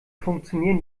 funktionieren